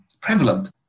prevalent